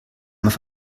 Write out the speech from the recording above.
auf